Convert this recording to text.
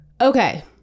Okay